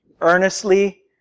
earnestly